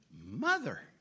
mother